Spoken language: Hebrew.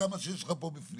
כמה שיש לך פה בפנים.